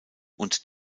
und